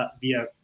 via